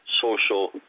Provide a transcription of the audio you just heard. social